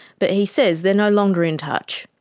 but he says they're no longer in touch.